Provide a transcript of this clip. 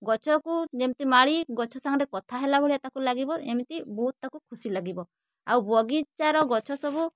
ଗଛକୁ ଯେମିତି ମାଳି ଗଛ ସାଙ୍ଗରେ କଥା ହେଲା ଭଳିଆ ତାକୁ ଲାଗିବ ଏମିତି ବହୁତ ତାକୁ ଖୁସି ଲାଗିବ ଆଉ ବଗିଚାର ଗଛ ସବୁ